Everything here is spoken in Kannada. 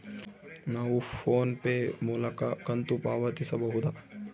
ನಾವು ಫೋನ್ ಪೇ ಮೂಲಕ ಕಂತು ಪಾವತಿಸಬಹುದಾ?